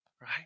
right